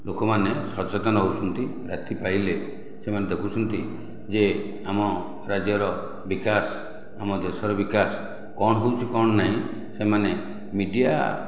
ଲୋକମାନେ ସଚେତନ ହେଉଛନ୍ତି ରାତି ପାହିଲେ ସେମାନେ ଦେଖୁଛନ୍ତି ଯେ ଆମ ରାଜ୍ୟ ର ବିକାଶ ଆମ ଦେଶର ବିକାଶ କ'ଣ ହେଉଛି କ'ଣ ନାହିଁ ସେମାନେ ମିଡ଼ିଆ